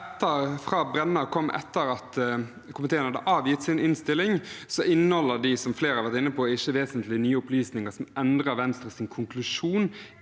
fra Brenna kom etter at komiteen hadde avgitt sin innstilling, inneholder de, som flere har vært inne på, ikke vesentlig nye opplysninger som endrer Venstres konklusjon